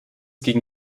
gegen